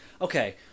okay